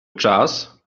czas